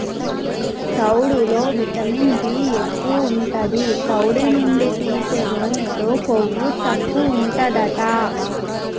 తవుడులో vitamin B ఎక్కువు ఉంటది, తవుడు నుండి తీసే నూనెలో కొవ్వు తక్కువుంటదట